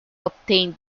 obtained